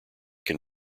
can